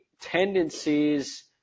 tendencies